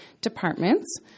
departments